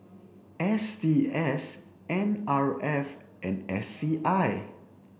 S T S N R F and S C I